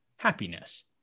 happiness